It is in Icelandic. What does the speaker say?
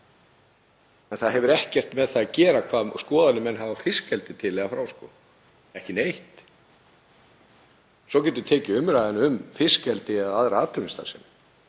það hefur ekkert með það að gera hvaða skoðanir menn hafa á fiskeldi til eða frá, ekki neitt. Svo getum við tekið umræðuna um fiskeldi eða aðra atvinnustarfsemi.